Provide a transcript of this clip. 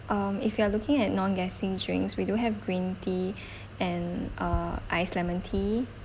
um if you are looking at non-gassy drinks we do have green tea and uh iced lemon tea